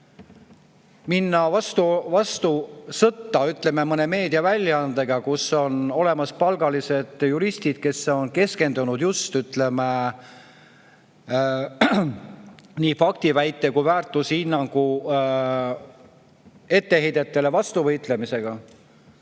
Minna sõtta, ütleme, mõne meediaväljaandega, kus on olemas palgalised juristid, kes on keskendunud just, ütleme, nii faktiväite kui ka väärtushinnangu etteheidete vastu võitlemisele